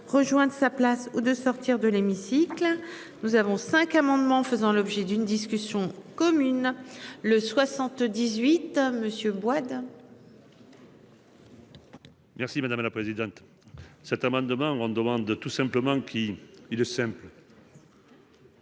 rejoindre sa place ou de sortir de l'hémicycle. Nous avons 5 amendements faisant l'objet d'une discussion commune le 78 à monsieur boîte. Merci madame la présidente. Cet amendement on demande tout simplement qu'il le.